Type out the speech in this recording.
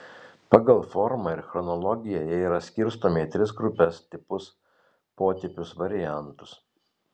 pagal formą ir chronologiją jie yra skirstomi į tris grupes tipus potipius variantus